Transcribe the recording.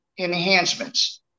Enhancements